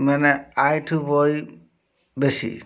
ମାନେ ଆୟଠୁ ବେୟ ବେଶୀ